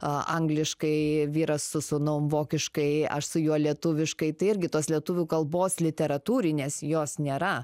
angliškai vyras su sūnum vokiškai aš su juo lietuviškai tai irgi tos lietuvių kalbos literatūrinės jos nėra